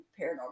paranormal